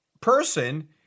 person